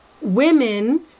women